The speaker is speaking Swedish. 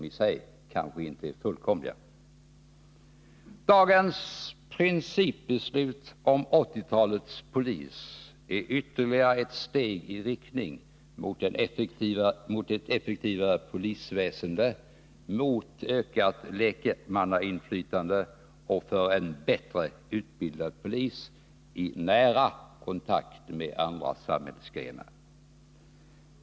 Dagens principbeslut om 1980-talets polis är ytterligare ett steg i riktning mot ett effektivare polisväsende, mot ökat lekmannainflytande och för en bättre utbildad polis, i nära kontakt med andra samhällsgrenar.